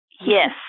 Yes